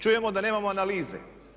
Čujemo da nemamo analize.